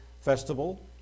festival